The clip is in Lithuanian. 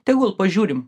tegul pažiūrim